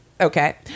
Okay